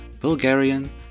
Bulgarian